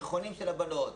בתיכונים של הבנות.